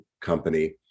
company